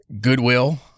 goodwill